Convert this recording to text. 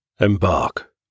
Embark